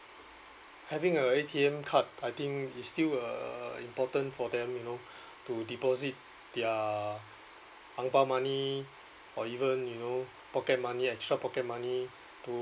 having a A_T_M card I think is still uh important for them you know to deposit their ang bao money or even you know pocket money extra pocket money to